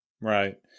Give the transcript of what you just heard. right